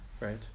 Right